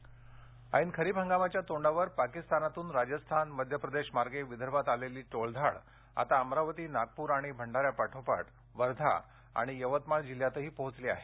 टोळधाड ऐन खरीप इंगामाच्या तोंडावर पाकीस्तानातून राजस्थान मध्यप्रदेश मार्गे विदर्भात आलेली टोळधाड आता अमरावती नागपूर आणि भंडार्याथ पाठोपाठ वर्धा आणि यवतमाळ जिल्ह्यातही पोहोचली आहे